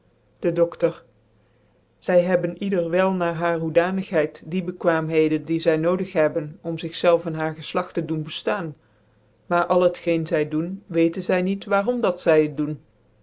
de doftor zy hebben ieder wel na haar hoedanigheid die bekwaamheden die zy nodig hebben om tig zeiven cn haar geflacht te doen beftaan maar al het geen zy doen weten zy niet waarom dat zy het doen